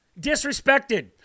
disrespected